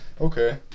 okay